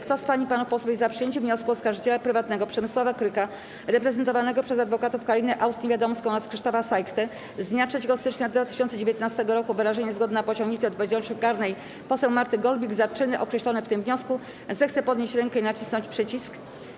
Kto z pań i panów posłów jest za przyjęciem wniosku oskarżyciela prywatnego Przemysława Krycha reprezentowanego przez adwokatów Karinę Aust-Niewiadomską oraz Krzysztofa Sajchtę z dnia 3 stycznia 2019 r. o wyrażenie zgody na pociągnięcie do odpowiedzialności karnej poseł Marty Golbik za czyny określone w tym wniosku, zechce podnieść rękę i nacisnąć przycisk.